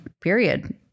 period